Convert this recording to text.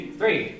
three